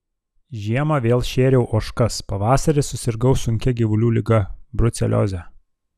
žiemą vėl šėriau ožkas pavasarį susirgau sunkia gyvulių liga brucelioze